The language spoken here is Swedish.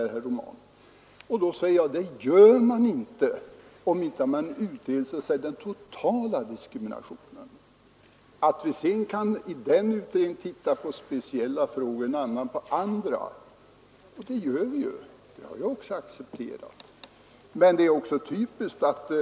Men jag säger att det bör man inte göra, om man inte utreder så att säga den totala diskrimineringen. Att vi i en sådan utredning också kan se på speciella frågor och i en annan utredning på andra frågor är riktigt; det gör vi ju redan, och det har jag också accepterat.